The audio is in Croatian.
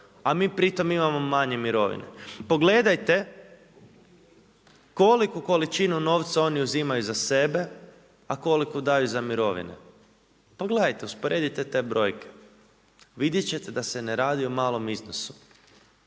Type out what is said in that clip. A mi pri tome imamo manje mirovine. Pogledajte koliku količinu novca oni uzimaju za sebe a koliku daju za mirovine. Pogledajte, usporedite te brojke. Vidjeti ćete da se ne radi o malom iznosu.